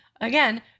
again